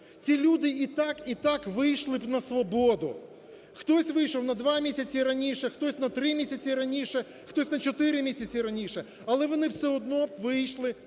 Ці люди і так, і так вийшли б на свободу. Хтось вийшов на 2 місяці раніше, хтось на 3 місяці раніше, хтось на 4 місяці раніше, але вони б все одно вийшли на свободу.